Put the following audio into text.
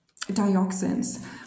dioxins